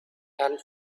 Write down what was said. and